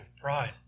pride